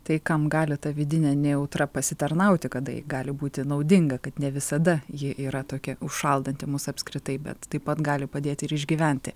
tai kam gali ta vidinė nejautra pasitarnauti kada ji gali būti naudinga kad ne visada ji yra tokia užšaldanti mus apskritai bet taip pat gali padėti ir išgyventi